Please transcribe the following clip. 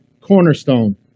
cornerstone